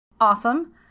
Awesome